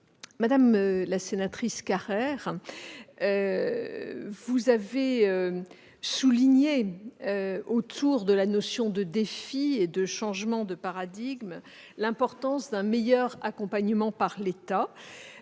Madame la sénatrice Carrère, vous avez souligné, autour des notions de défi et de changement de paradigme, l'importance d'un meilleur accompagnement par l'État